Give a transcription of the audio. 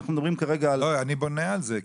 אני בונה על זה,